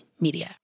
Media